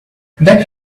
that